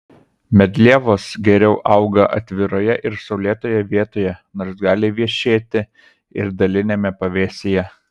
medlievos geriau auga atviroje ir saulėtoje vietoje nors gali vešėti ir daliniame pavėsyje